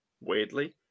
weirdly